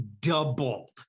doubled